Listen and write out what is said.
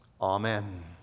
Amen